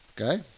okay